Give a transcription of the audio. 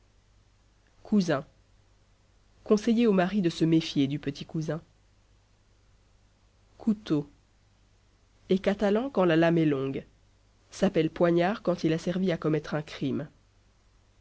cousin conseiller aux maris de se méfier du petit cousin couteau est catalan quand la lame est longue s'appelle poignard quand il a servi à commettre un crime